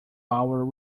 our